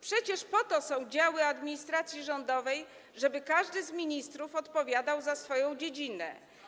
Przecież po to są działy administracji rządowej, żeby każdy z ministrów odpowiadał za swoją dziedzinę.